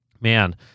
man